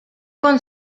con